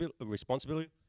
responsibility